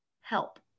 help